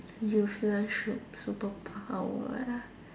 useless shup~ superpower ah